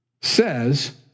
says